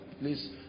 Please